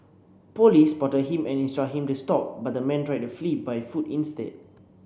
police spotted him and instruct him to stop but the man tried to flee by foot instead